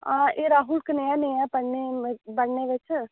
हां ऐ राहुल कनेहा नेहा ऐ पढ़ने पढ़ने बिच्च